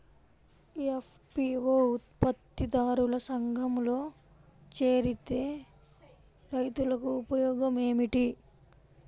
FPO ఉత్పత్తి దారుల సంఘములో చేరితే రైతులకు ఉపయోగము ఏమిటి?